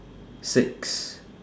six